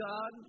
God